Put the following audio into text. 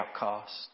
outcast